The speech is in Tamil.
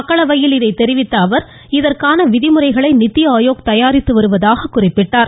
மக்களவையில் இதை தெரிவித்த அவர் இதற்கான விதிமுறைகளை நித்தி ஆயோக் தயாரித்து வருவதாக குறிப்பிட்டார்